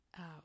out